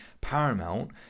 paramount